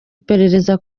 iperereza